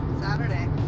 Saturday